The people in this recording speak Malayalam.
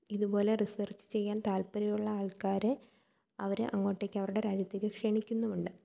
ഇതുപോലെ റിസർച്ച് ചെയ്യാൻ താൽപ്പര്യമുള്ള ആൾക്കാരെ അവരെ അങ്ങോട്ടേക്ക് അവരുടെ രാജ്യത്തേക്ക് ക്ഷണിക്കുന്നുമുണ്ട്